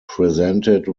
presented